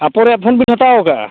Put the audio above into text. ᱳᱯᱳ ᱨᱮᱭᱟᱜ ᱯᱷᱳᱱ ᱵᱤᱱ ᱦᱟᱛᱟᱣ ᱠᱟᱜᱼᱟ